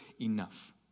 enough